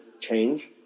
change